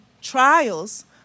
trials